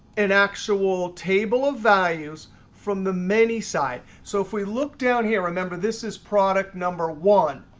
an actual table of values from the many side. so if we look down here, remember this is product number one.